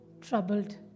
troubled